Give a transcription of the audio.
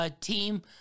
team